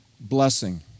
blessing